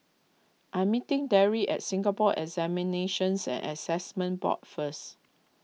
I am meeting Darry at Singapore Examinations and Assessment Board first